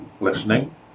listening